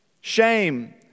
shame